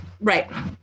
Right